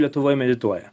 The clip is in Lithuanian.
lietuvoj medituoja